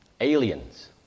aliens